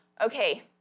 okay